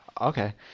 Okay